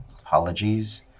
Apologies